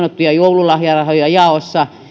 sanottuja joululahjarahoja jaossa